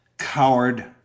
coward